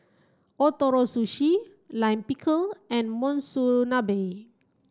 Ootoro Sushi Lime Pickle and Monsunabe